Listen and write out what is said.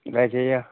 എന്താ ചെയ്യുക